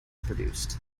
produced